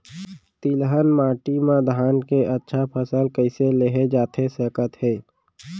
तिलहन माटी मा धान के अच्छा फसल कइसे लेहे जाथे सकत हे?